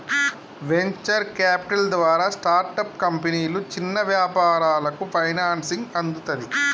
venture capital ద్వారా startup కంపెనీలు, చిన్న వ్యాపారాలకు ఫైనాన్సింగ్ అందుతది